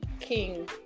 king